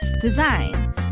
design